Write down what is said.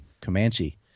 Comanche